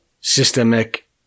systemic